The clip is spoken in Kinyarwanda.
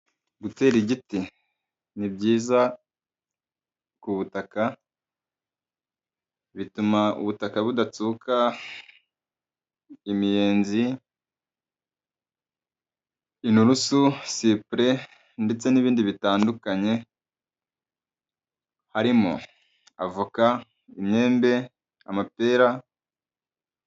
Gutera igiti ni byiza ku butaka bituma ubutaka budatsuka, imiyenzi, inturusu, sipure ndetse n'ibindi bitandukanye harimo avoka, imyembe, amapera.